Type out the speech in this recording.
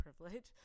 privilege